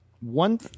One